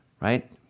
right